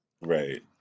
right